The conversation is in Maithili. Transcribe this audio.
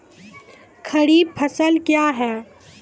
खरीफ फसल क्या हैं?